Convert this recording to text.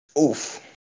Oof